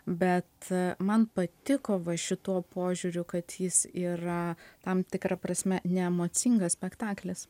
bet man patiko va šituo požiūriu kad jis yra tam tikra prasme neemocingas spektaklis